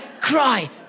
cry